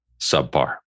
subpar